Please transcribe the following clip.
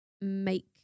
make